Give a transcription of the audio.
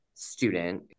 student